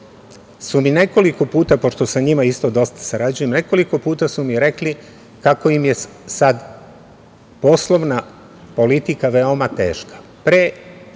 su mi nekoliko puta, pošto sa njima isto dosta sarađujem, nekoliko puta su mi rekli kako im je sada poslovna politika veoma teška.